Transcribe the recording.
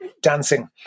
dancing